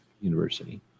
University